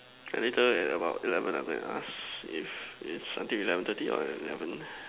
later about eleven I'll go and ask if it's until eleven thirty or eleven